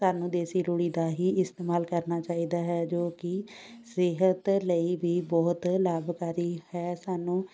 ਸਾਨੂੰ ਦੇਸੀ ਰੂੜੀ ਦਾ ਹੀ ਇਸਤੇਮਾਲ ਕਰਨਾ ਚਾਹੀਦਾ ਹੈ ਜੋ ਕਿ ਸਿਹਤ ਲਈ ਵੀ ਬਹੁਤ ਲਾਭਕਾਰੀ ਹੈ ਸਾਨੂੰ